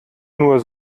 nur